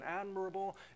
admirable